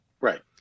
right